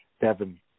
Devin